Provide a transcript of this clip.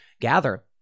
gather